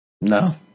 No